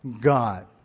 God